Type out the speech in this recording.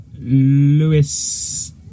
Lewis